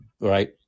right